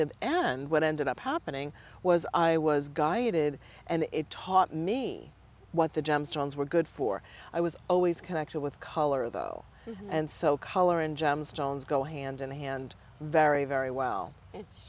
the and what ended up happening was i was guided and it taught me what the gemstones were good for i was always connected with color though and so color and gemstones go hand in hand very very well it's